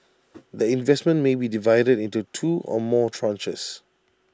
the investment may be divided into two or more tranches